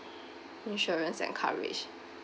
insurance and coverage